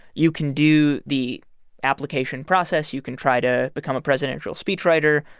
you can do the application process. you can try to become a presidential speechwriter.